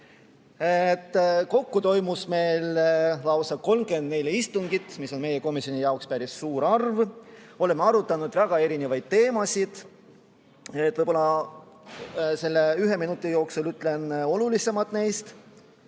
Kokku toimus meil lausa 34 istungit, mis on meie komisjoni jaoks päris suur arv. Oleme arutanud väga erinevaid teemasid. Selle ühe minuti jooksul ütlen võib-olla olulisemad neist.